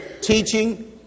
teaching